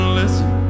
listen